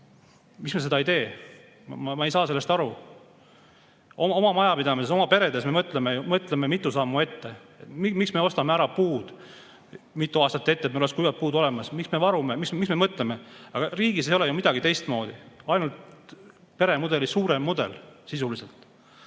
Miks me seda ei tee? Ma ei saa sellest aru. Oma majapidamises, oma peredes me mõtleme mitu sammu ette. Miks me ostame ära puud mitu aastat ette, et meil oleks kuivad puud olemas? Miks me varume? Miks me [ette] mõtleme? Riigis ei ole ju midagi teistmoodi, see on peremudeli suurem mudel sisuliselt.